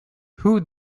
who